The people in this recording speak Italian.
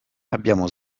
abbiamo